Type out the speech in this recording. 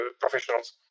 professionals